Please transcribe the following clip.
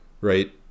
right